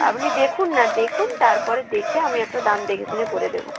আপনি দেখুন না দেখুন তারপরে দেখে আমি একটা দাম দেখে শুনে করে দেব